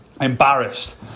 embarrassed